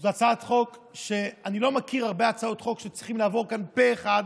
זאת הצעת חוק שאני לא מכיר הרבה הצעות חוק שצריכות לעבור כאן פה אחד,